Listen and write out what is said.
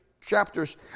chapters